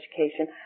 education